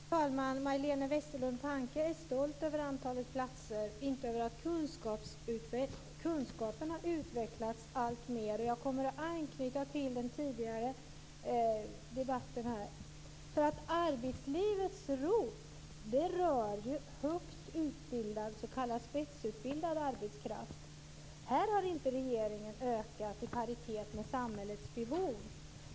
Fru talman! Majléne Westerlund Panke är stolt över antalet platser, inte över att kunskaperna utvecklats alltmer. Jag kommer att anknyta till den tidigare debatten. Oron i arbetslivet rör s.k. spetsutbildad arbetskraft. Här har inte regeringen ökat insatserna i paritet med samhällets behov.